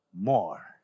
more